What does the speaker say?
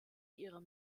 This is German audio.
ihrer